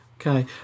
Okay